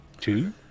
Two